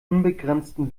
unbegrenzten